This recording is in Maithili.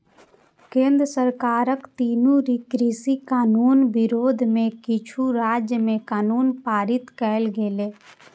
केंद्र सरकारक तीनू कृषि कानून विरोध मे किछु राज्य मे कानून पारित कैल गेलै